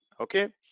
okay